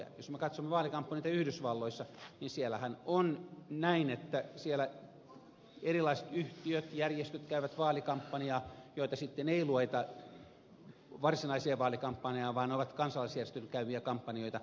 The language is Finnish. jos me katsomme vaalikampanjoita yhdysvalloissa niin siellähän on näin että siellä erilaiset yhtiöt järjestöt käyvät vaalikampanjoita joita sitten ei lueta varsinaiseen vaalikampanjaan vaan ne ovat kansalaisjärjestöjen käymiä kampanjoita